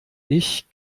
ich